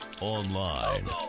online